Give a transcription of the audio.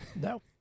No